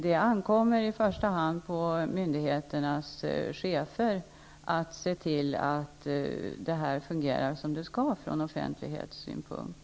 Det ankommer i första hand på myndigheternas chefer att se till att det här fungerar som det skall från offentlighetssynpunkt.